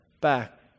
back